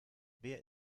wer